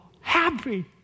happy